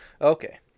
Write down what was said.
Okay